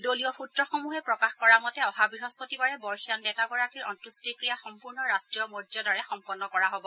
দলীয় সূত্ৰসমূহে প্ৰকাশ কৰা মতে অহা বৃহস্পতিবাৰে বৰ্ষিয়ান নেতাগৰাকীৰ অন্ত্যেষ্টিক্ৰিয়া সম্পূৰ্ণ ৰাষ্ট্ৰীয় মৰ্যাদাৰে সম্পন্ন কৰা হব